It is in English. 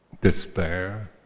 despair